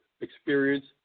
experience